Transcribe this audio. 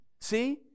See